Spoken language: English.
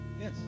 yes